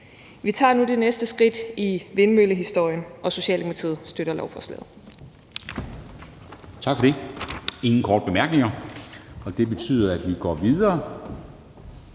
Vi tager nu det næste skridt i vindmøllehistorien, og Socialdemokratiet støtter lovforslaget.